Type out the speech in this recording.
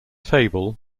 table